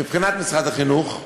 מבחינת משרד החינוך,